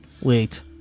wait